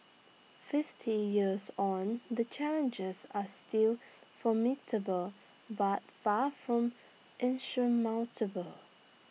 fifty years on the challenges are still formidable but far from insurmountable